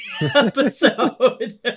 episode